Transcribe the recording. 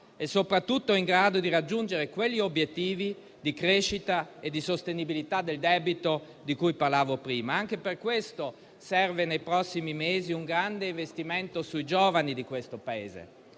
e soprattutto in grado di raggiungere quegli obiettivi di crescita e di sostenibilità del debito, di cui parlavo in precedenza. Anche per questo serve, nei prossimi mesi, un grande investimento sui giovani del Paese.